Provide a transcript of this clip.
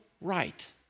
right